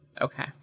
Okay